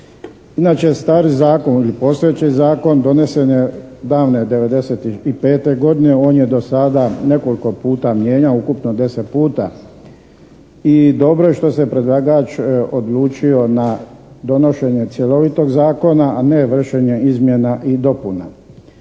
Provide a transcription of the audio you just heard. Inače stari zakon ili postojeći zakon donesen je davne '95. godine. On je do sada nekoliko puta mijenjan, ukupno 10 puta. I dobro je što se predlagač odlučio na donošenje cjelovitog zakona a ne vršenje izmjena i dopuna.